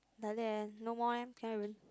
like that leh no more eh Karen